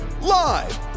Live